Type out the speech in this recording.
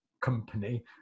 company